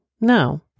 No